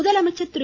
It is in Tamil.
முதலமைச்சர் திரு